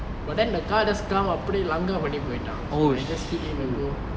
but then the car just come அப்டே:apde langgar பண்ணீ போய்ட்டான்:panni poittan so like just hit him and go